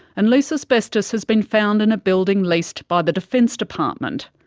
and loose asbestos has been found in a building leased by the defence department.